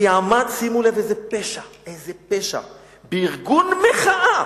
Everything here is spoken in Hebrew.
כי עמד, שימו לב איזה פשע, איזה פשע, בארגון מחאה